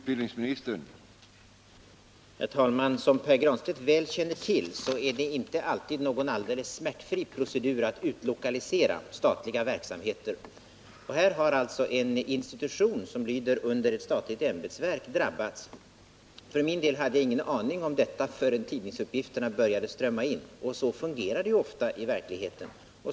Herr talman! Som Pär Granstedt mycket väl känner till är det inte alltid någon alldeles smärtfri procedur att utlokalisera statliga verksamheter. Här har alltså en institution, som lyder under ett statligt ämbetsverk, drabbats. För egen del hade jag ingen aning om detta förrän tidningsuppgifterna började strömma in. Så fungerar det ofta i verkligheten.